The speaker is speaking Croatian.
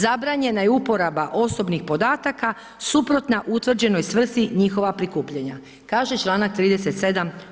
Zabranjena je uporaba osobnih podataka suprotna utvrđenoj svrsi njihova prikupljanja, kaže članak 37.